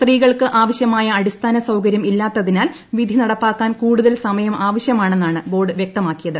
സ്ത്രീകൾക്ക് ആവശ്യമായ അടിസ്ഥാന സൌകര്യം ഇല്ലാത്തതിനാൽ വിധി നടപ്പാക്കാൻ കൂടുതൽ സമയം ആവശ്യമാണെന്നാണ് ബോർഡ് വ്യക്തമാക്കിയത്